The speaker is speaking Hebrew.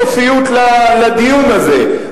שאין סופיוּת לדיון הזה,